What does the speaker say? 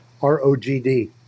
ROGD